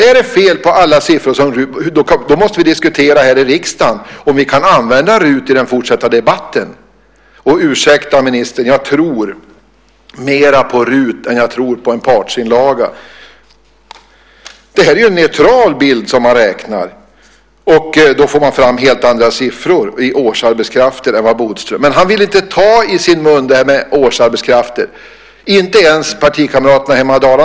Om det är fel på RUT:s siffror måste vi här i riksdagen diskutera om vi alls kan använda underlag från RUT i den fortsatta debatten. Ursäkta, ministern, men jag tror faktiskt mer på RUT än på en partsinlaga! Man har räknat på en neutral bild. Man har fått fram helt andra siffror än Bodström när man har räknat på antalet årsarbetskrafter. Bodström vill inte befatta sig med det.